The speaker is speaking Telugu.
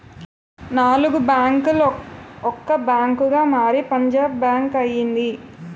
నాలుగు బ్యాంకులు ఒక బ్యాంకుగా మారి పంజాబ్ బ్యాంక్ అయింది